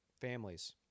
families